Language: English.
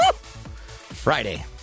Friday